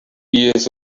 years